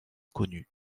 connue